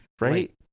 right